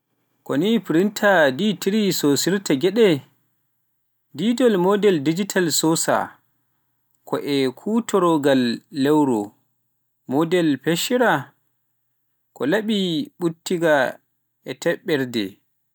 ko nii Printer tiri D Sosirta Geɗe, didol Model dijital sosaa ko e kuutoragol lowre, Model fecciraa ko laabi ɓutti e tappirde.